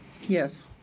yes